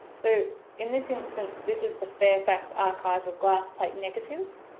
so in this instance this is the fairfax archive of glass plate negatives.